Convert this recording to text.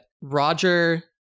Roger